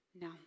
No